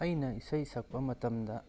ꯑꯩꯅ ꯏꯁꯩ ꯁꯛꯄ ꯃꯇꯝꯗ